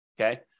okay